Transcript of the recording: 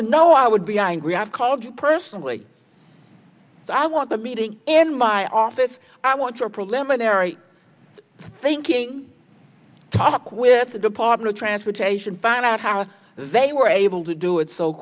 to know i would be angry i've called you personally i want the meeting in my office i want your preliminary thinking talk with the department of transportation find out how they were able to do it so